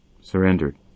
surrendered